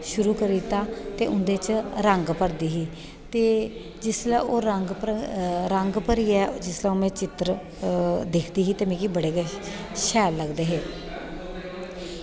शुरू करी दित्ता ते उंदे च रंग भरदी ही ते ओह् रंग भरियै में चित्तर दिक्खदी ही ते ओह् मिगी बड़े गै शैल लगदे हे